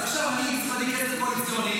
אז עכשיו אני מביא כסף קואליציוני,